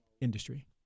industry